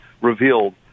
revealed